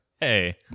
Hey